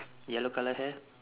yellow colour hair